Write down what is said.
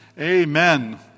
amen